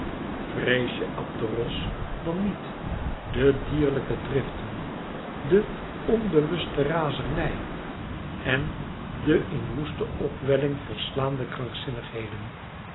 vrees je abderos dan niet de dierlijke driften de onbewuste razernijen de in woeste opwelling verslaande krankzinnigheden